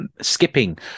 skipping